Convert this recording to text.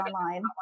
online